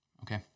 okay